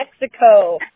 Mexico